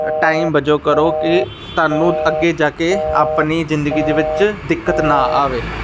time ਵਜੋਂ ਕਰੋ ਕਿ ਤੁਹਾਨੂੰ ਅੱਗੇ ਜਾ ਕੇ ਆਪਣੀ ਜ਼ਿੰਦਗੀ ਦੇ ਵਿੱਚ ਦਿੱਕਤ ਨਾ ਆਵੇ